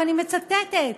ואני מצטטת,